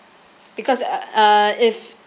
because uh uh if